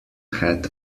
head